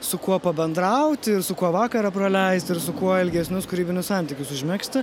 su kuo pabendrauti su kuo vakarą praleisti su kuo ilgesnius kūrybinius santykius užmegzti